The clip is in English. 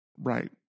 Right